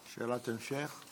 שאלת המשך?